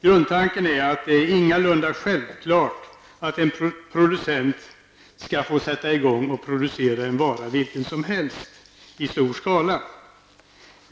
Grundtanken är att det ingalunda är självklart att en producent skall få sätta i gång och producera en vara vilken som helst i stor skala.